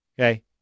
Okay